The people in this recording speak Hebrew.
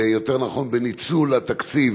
יותר נכון בניצול התקציב